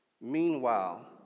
Meanwhile